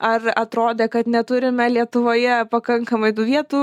ar atrodė kad neturime lietuvoje pakankamai tų vietų